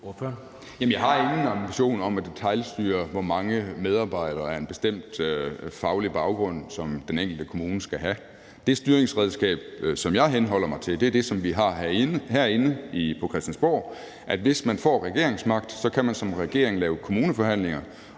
jeg har ingen ambitioner om at detailstyre, hvor mange medarbejdere af en bestemt faglig baggrund den enkelte kommune skal have. Det styringsredskab, som jeg henholder mig til, er det, som vi har herinde på Christiansborg, nemlig at hvis man får regeringsmagt, kan man som regering lave kommuneforhandlinger,